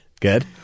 Good